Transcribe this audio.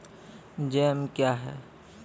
Jam क्या हैं?